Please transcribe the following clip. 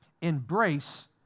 embrace